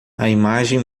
imagem